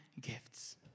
gifts